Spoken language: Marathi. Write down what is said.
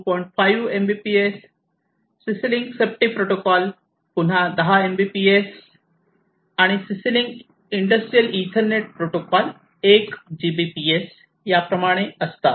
5 Mbps CC link safety protocol 10 Mbps आणि CC link industrial Ethernet protocol 1 Gbps याप्रमाणे असतात